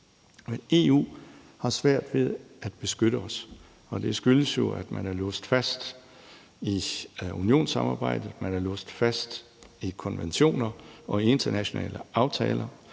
EU har svært ved at beskytte os, og det skyldes jo, at man er låst fast i unionsamarbejdet. Man er låst fast i konventioner og internationale aftaler.